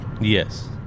Yes